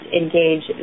engage